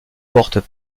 portes